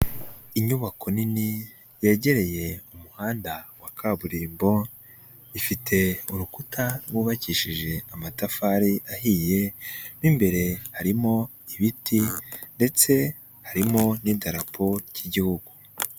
Inyubako nini yegereye umuhanda wa kaburimbo, ifite urukuta rwubakishije amatafari ahiye, mo imbere harimo ibiti ndetse harimo n'idarapo ry'igihugu.